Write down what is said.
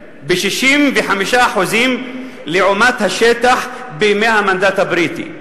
ב-65% לעומת השטח בימי המנדט הבריטי.